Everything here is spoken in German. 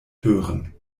hören